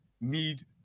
need